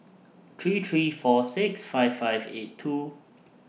three three four six five five eight two